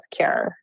healthcare